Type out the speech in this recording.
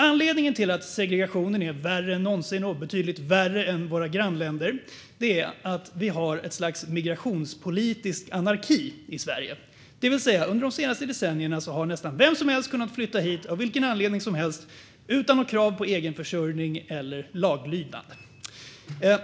Anledningen till att segregationen är värre än någonsin och betydligt värre än i våra grannländer är att vi har ett slags migrationspolitisk anarki i Sverige, det vill säga att under de senaste decennierna har nästan vem som helst kunnat flytta hit av vilken anledning som helst, utan krav på egen försörjning eller laglydnad.